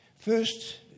First